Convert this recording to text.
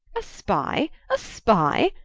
a spy a spy?